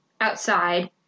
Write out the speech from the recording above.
outside